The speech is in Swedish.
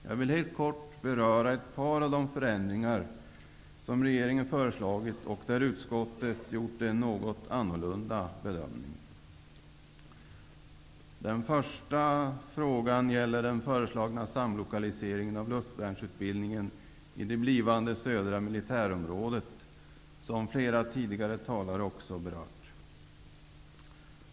Jag vill helt kort kommentera ett par av de förändringar som regeringen har föreslagit, där utskottet har gjort en något annorlunda bedömning. Den första förändringen gäller den föreslagna samlokaliseringen av luftvärnsutbildningen i det blivande Södra militärområdet, som också flera tidigare talare har berört.